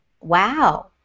wow